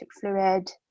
fluid